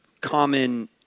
common